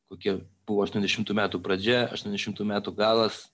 kokie buvo aštuoniasdešimtų metų pradžia aštuoniasdešimtų metų galas